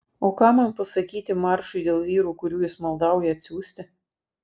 o ką man pasakyti maršui dėl vyrų kurių jis maldauja atsiųsti